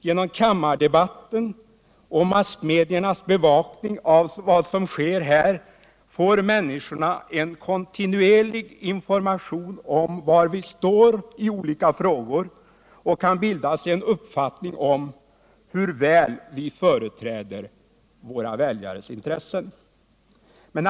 Genom kammardebatten och massmediernas bevakning av vad som sker här får människorna en kontinuerlig information om var vi står i olika frågor och kan bilda sig en uppfattning om hur väl vi företräder våra väljares intressen.